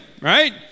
right